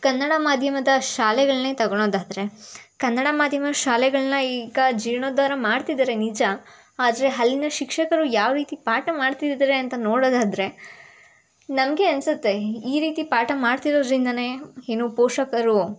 ಕನ್ನಡ ಮಾಧ್ಯಮದ ಶಾಲೆಗಳನ್ನೆ ತೋಗೊಳೋದಾದ್ರೆ ಕನ್ನಡ ಮಾಧ್ಯಮದ ಶಾಲೆಗಳನ್ನ ಈಗ ಜೀರ್ಣೋದ್ಧಾರ ಮಾಡ್ತಿದ್ದಾರೆ ನಿಜ ಆದರೆ ಅಲ್ಲಿನ ಶಿಕ್ಷಕರು ಯಾವ ರೀತಿ ಪಾಠ ಮಾಡ್ತಿದ್ದಾರೆ ಅಂತ ನೋಡೋದಾದರೆ ನಮಗೇ ಅನ್ನಿಸುತ್ತೆ ಈ ರೀತಿ ಪಾಠ ಮಾಡ್ತಿರೋದರಿಂದನೇ ಏನು ಪೋಷಕರು